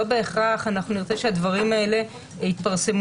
לא בהכרח אנחנו נראה שהדברים האלה התפרסמו.